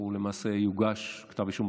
למעשה יוגש כתב אישום,